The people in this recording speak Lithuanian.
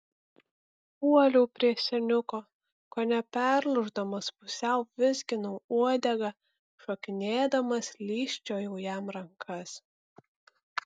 puoliau prie seniuko kone perlūždamas pusiau vizginau uodegą šokinėdamas lyžčiojau jam rankas